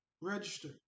register